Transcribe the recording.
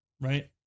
Right